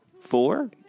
four